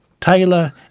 Taylor